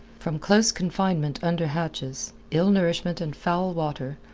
from close confinement under hatches, ill-nourishment and foul water,